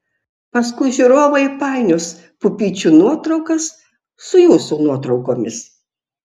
paskui žiūrovai painios pupyčių nuotraukas su jūsų nuotraukomis